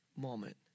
moment